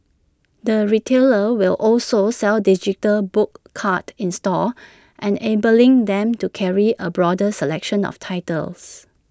the retailer will also sell digital book cards in stores enabling them to carry A broader selection of titles